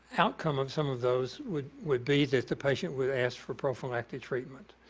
outcome of some of those would would be that the patient would ask for prophylactic treatment.